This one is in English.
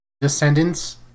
descendants